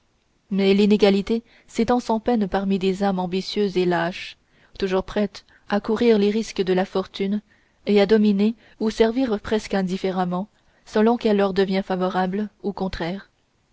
mais l'inégalité s'étend sans peine parmi des âmes ambitieuses et lâches toujours prêtes à courir les risques de la fortune et à dominer ou servir presque indifféremment selon qu'elle leur devient favorable ou contraire